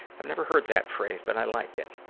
i never heard that phrase, but i like it.